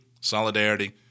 solidarity